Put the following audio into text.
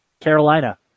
Carolina